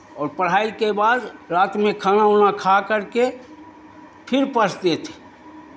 और पढ़ाई के बाद रात में खाना उना खा करके फिर पढ़ते थे